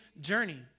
journey